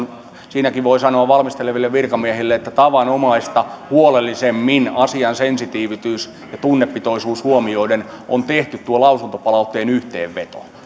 siinäkin voi sanoa valmistelevista virkamiehistä että tavanomaista huolellisemmin asian sensitiivisyys ja tunnepitoisuus huomioiden on tehty tuo lausuntopalautteen yhteenveto